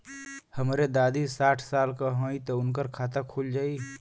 हमरे दादी साढ़ साल क हइ त उनकर खाता खुल जाई?